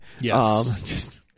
Yes